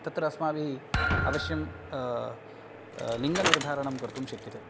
तत्र अस्माभिः अवश्यं लिङ्गनिर्धारणं कर्तुं शक्यते